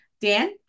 Dan